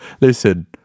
listen